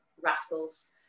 rascals